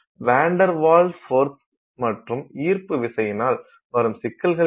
வான் der Waals force மற்றும் ஈர்ப்பு விசையினால் வரும் சிக்கல்கள் என்ன